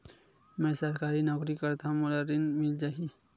मै सरकारी नौकरी करथव मोला ऋण मिल जाही?